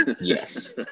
Yes